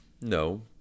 No